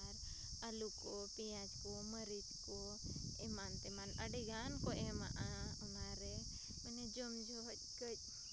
ᱟᱨ ᱟᱹᱞᱩ ᱠᱚ ᱯᱮᱸᱭᱟᱡᱽ ᱠᱚ ᱢᱟᱹᱨᱤᱪ ᱠᱚ ᱮᱢᱟᱱᱼᱛᱮᱢᱟᱱ ᱟᱹᱰᱤᱜᱟᱱ ᱠᱚ ᱮᱢᱟᱜᱼᱟ ᱚᱱᱟ ᱨᱮ ᱢᱟᱱᱮ ᱡᱚᱢ ᱡᱚᱦᱚᱜ ᱠᱟᱹᱡ